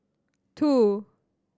two